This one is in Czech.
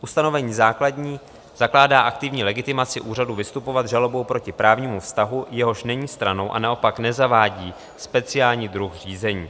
Ustanovení základní zakládá aktivní legitimaci úřadu vystupovat žalobou proti právnímu vztahu, jehož není stranou, a naopak nezavádí speciální druh řízení.